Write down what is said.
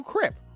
Crip